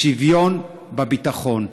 שוויון בביטחון.